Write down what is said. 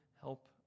help